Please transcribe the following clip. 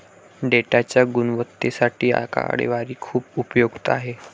डेटाच्या गुणवत्तेसाठी आकडेवारी खूप उपयुक्त आहे